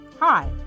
Hi